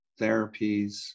therapies